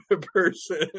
person